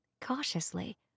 cautiously